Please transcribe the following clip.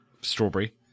strawberry